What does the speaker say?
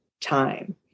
time